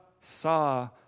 saw